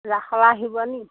ৰাসলৈ আহিবনি